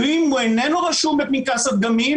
ואם הוא איננו רשום בפנקס הדגמים,